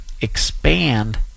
expand